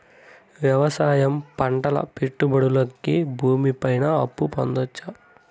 వ్యవసాయం పంటల పెట్టుబడులు కి భూమి పైన అప్పు పొందొచ్చా?